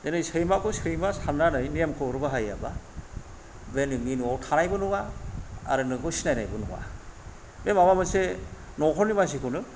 दोनै सैमाखौ सैमा साननानै नेमखौ बाहायाबा बे नोंनि न'आव थानायबो नङा आरो नोंखौ सिनायनायबो नङा बे माबा मोनसे न'खरनि मानसिखौनो